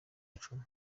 icumu